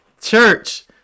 Church